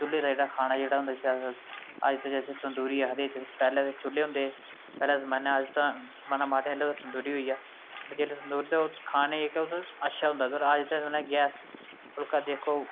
चुल्हे दा जेह्ड़ा खाना जेह्ड़ा होंदा जिसी आखदे अज्ज ते जिसी अस तंदूरी आखदे हे जिस पैह्लें ते चुल्हे होंदे हे पैह्ले जमाने अस ते जिस तंदूर च ओह् खाने गी जेह्का ओह् अच्छा होंदा हा मगर अज्ज जेह्का गैस फुल्का दिक्खो